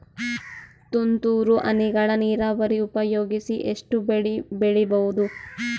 ತುಂತುರು ಹನಿಗಳ ನೀರಾವರಿ ಉಪಯೋಗಿಸಿ ಎಷ್ಟು ಬೆಳಿ ಬೆಳಿಬಹುದು?